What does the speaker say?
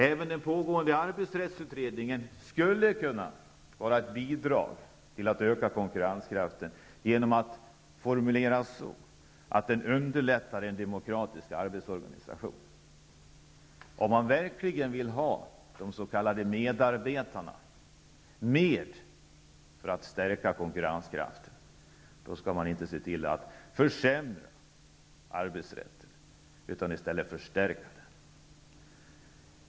Även den pågående arbetsrättsutredningen skulle kunna vara ett bidrag till att öka konkurrenskraften genom att se till att bestämmelserna formuleras så att de underlättar en demokratisk arbetsorganisation. Om man verkligen vill ha de s.k. medarbetarna med sig för att stärka konkurrenskraften skall man inte se till att försämra arbetsrätten utan i stället förstärka den.